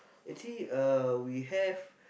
actually uh we have